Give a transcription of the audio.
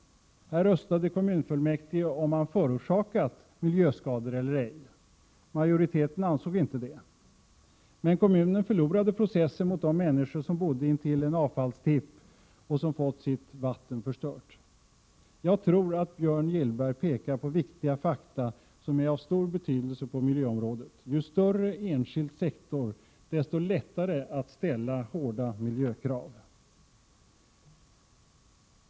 Där röstade kommunfullmäktige om kommunen orsakat miljöskador eller ej. Majoriteten ansåg inte det. Kommunen förlorade dock den rättsliga processen mot de människor som bodde intill en avfallstipp och som fått sitt vatten förstört. Björn Gillberg pekar på fakta som har stor betydelse på miljöområdet. Ju större enskild sektor, desto lättare att ställa hårda miljökrav.